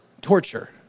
torture